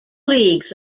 leagues